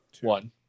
One